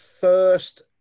first